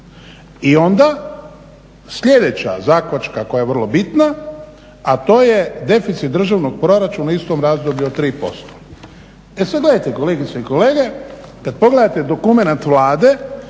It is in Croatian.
i onda sljedeća zakačka koja je vrlo bitna, a to je deficit državnog proračuna u istom razdoblju od 3%. E sada gledajte kolegice i kolege, kad pogledate dokumenat Vlade